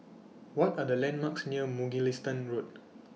What Are The landmarks near Mugliston Road